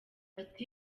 ati